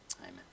amen